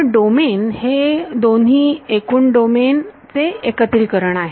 तर डोमेन हे दोन्ही एकूण डोमेन चे एकत्रीकरण आहे